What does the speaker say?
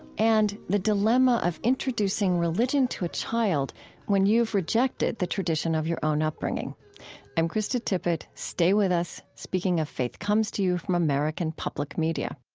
and the dilemma of introducing religion to a child when you've rejected the tradition of your own upbringing i'm krista tippett. stay with us. speaking of faith comes to you from american public media